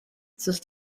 sus